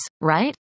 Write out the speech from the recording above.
right